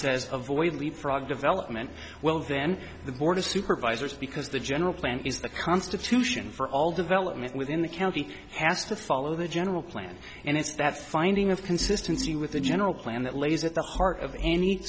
says avoid leap frog development well then the board of supervisors because the general plan is the constitution for all development within the county has to follow the general plan and if that's the finding of consistency with the general plan that lays at the heart of any